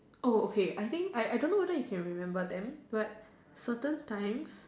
oh okay I think I I don't know whether you can remember them but certain times